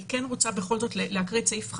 אבל אני כן רוצה בכל זאת להקריא את סעיף 5(א)